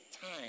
time